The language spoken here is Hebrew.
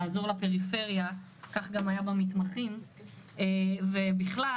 כך גם היה במתמחים ובכלל,